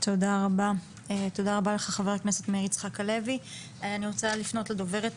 חבר הכנסת מאיר יצחק הלוי, תודה רבה.